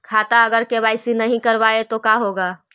खाता अगर के.वाई.सी नही करबाए तो का होगा?